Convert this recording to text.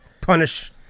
Punish